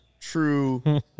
true